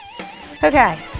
Okay